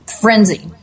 frenzy